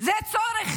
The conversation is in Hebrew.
זה צורך